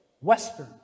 Western